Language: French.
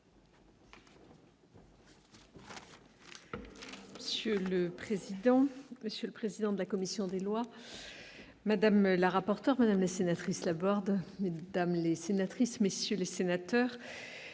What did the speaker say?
Monsieur le président, Monsieur le président de la commission des lois, madame la rapporteur madame la sénatrice Laborde mais les sénatrices, messieurs les sénateurs,